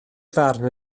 farn